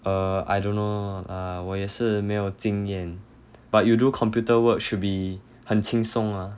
err I don't know err 我也是没有经验 but you do computer work should be 很轻松 ah